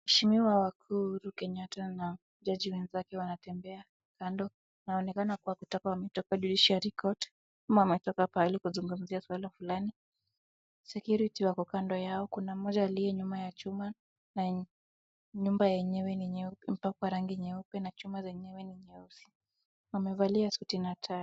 Waheshimiwa wakuu Uhuru Kenyatta na Jaji mwenzake wanatembea kando, inaonekana kuwa kutoka judiciary court ama wametoka pahali kuzungumzia swala fulani, security wako kando yao, kuna mmoja aliye nyuma ya chuma, na nyumba yenyewe ni nyeupe imepakwa rangi nyeupe na chuma zenyewe ni nyeusi. Wamevalia suti na tai.